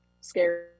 scary